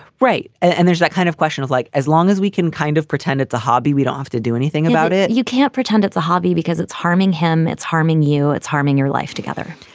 right. and there's that kind of question of like as long as we can kind of pretend it's a hobby, weed off to do anything about it you can't pretend it's a hobby because it's harming him, it's harming you it's harming your life together.